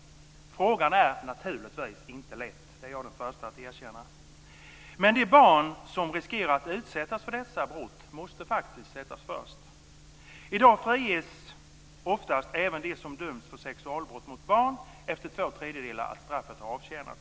Frågan är naturligtvis inte lätt, det är jag den förste att erkänna. Men de barn som riskerar att utsättas för dessa brott måste faktiskt sättas först. I dag friges oftast även de som dömts för sexualbrott mot barn efter att två tredjedelar av straffet har avtjänats.